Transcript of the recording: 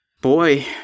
Boy